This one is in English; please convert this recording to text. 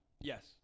Yes